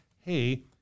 hey